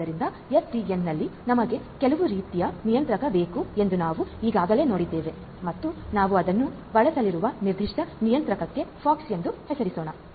ಆದ್ದರಿಂದ SDNನಲ್ಲಿ ನಮಗೆ ಕೆಲವು ರೀತಿಯ ನಿಯಂತ್ರಕ ಬೇಕು ಎಂದು ನಾವು ಈಗಾಗಲೇ ನೋಡಿದ್ದೇವೆ ಮತ್ತು ನಾವು ಅದನ್ನು ಬಳಸಲಿರುವ ನಿರ್ದಿಷ್ಟ ನಿಯಂತ್ರಕಕ್ಕೆ ಪೋಕ್ಸ್ ಎಂದು ಹೆಸರಿಸೋಣ